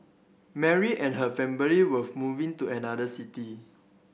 Mary and her family were moving to another city